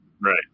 Right